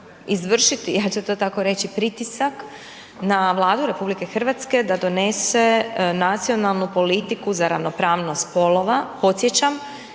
izvršiti, ja ću to tako reći pritisak na Vladu RH da donese nacionalnu politiku za ravnopravnost spolova, podsjećam